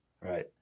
Right